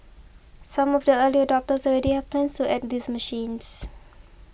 some of the early adopters already have plans to add these machines